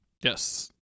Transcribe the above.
yes